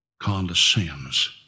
condescends